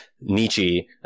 Nietzsche